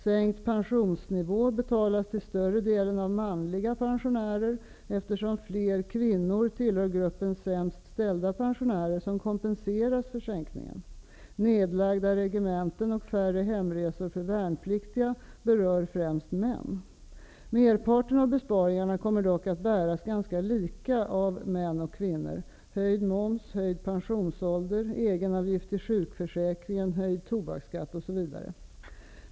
Sänkt pensionsnivå betalas till större delen av manliga pensionärer, eftersom fler kvinnor tillhör gruppen sämst ställda pensionärer, som kompenseras för sänkningen. Nedlagda regementen och färre hemresor för värnpliktiga berör främst män. Merparten av besparingarna kommer dock att bäras ganska lika av män och kvinnor: höjd moms, höjd pensionsålder, egenavgift i sjukförsäkringen, höjd tobaksskatt, osv.